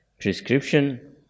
prescription